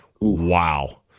Wow